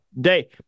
day